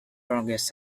congress